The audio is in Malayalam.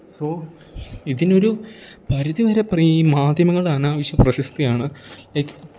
സോ ഇതിനൊരു പരിധി വരെ പറയീ മാധ്യമങ്ങൾ അനാവശ്യ പ്രശസ്തിയാണ് ലൈക്ക്